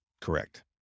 Correct